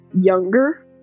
younger